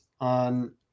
on